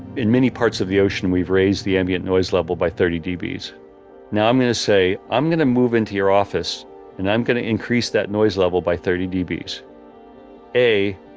in many parts of the ocean we've raised the ambient noise level by thirty dbs. now i'm going to say, i'm going to move into your office and i'm going to increase that noise level by thirty dbs. a,